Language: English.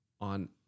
on